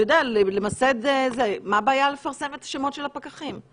מה הבעיה לפרסם את השמות של הפקחים?